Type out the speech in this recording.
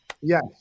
Yes